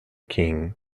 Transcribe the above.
king